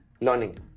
Learning